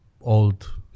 old